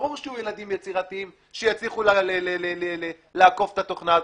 ברור שיהיו ילדים יצירתיים שיצליחו לעקוף את התוכנה הזאת,